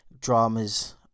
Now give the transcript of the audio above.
dramas